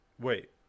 wait